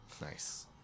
Nice